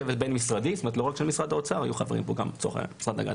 שבו היו חברים משרדי הכלכלה,